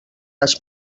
les